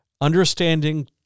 Understanding